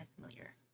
familiar